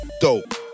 Dope